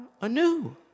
anew